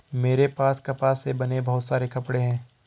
मेरे पास कपास से बने बहुत सारे कपड़े हैं